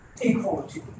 equality